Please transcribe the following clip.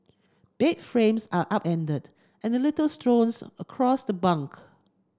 bed frames are upended and litter strewn's across the bunk